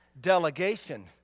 delegation